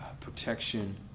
protection